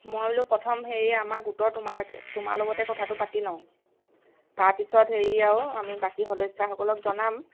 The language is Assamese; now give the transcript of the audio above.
মই বোলো প্ৰথম হেৰি আমাৰ গোটৰ তোমাৰ তোমাৰ লগতে কথাটো পাতি লওঁ তাৰ পিছত হেৰি আৰু আমি বাকী সদস্যাসকলক জনাম